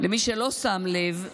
למי שלא שם לב,